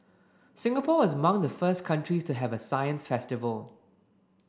Singapore was among the first countries to have a science festival